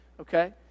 okay